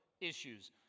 issues